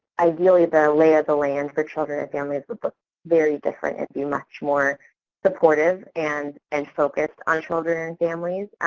ideally, the lay of the land for children and families would look very different and be much more supportive and and focused on children and families.